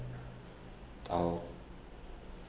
I'll